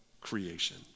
creation